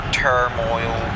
turmoil